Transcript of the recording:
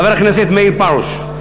חבר הכנסת מאיר פרוש,